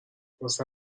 واسه